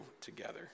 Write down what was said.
together